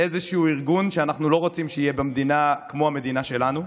לאיזשהו ארגון שאנחנו לא רוצים שיהיה במדינה כמו המדינה שלנו.